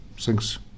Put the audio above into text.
Thanks